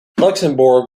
luxembourg